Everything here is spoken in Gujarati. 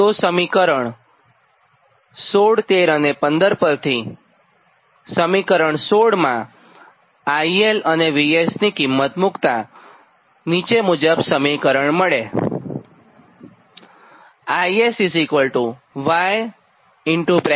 તો સમીકરણ 1613 અને 15 પરથી સમીકરણ 16 માં IL અને VS ની કિંમત મુક્તા નીચે મુજબ સમીકરણ મળે